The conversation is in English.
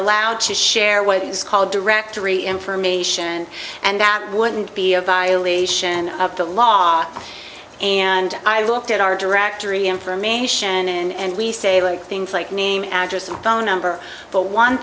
allowed to share what is called directory information and that wouldn't be a violation of the law and i looked at our directory information and we save and things like name address and phone number but one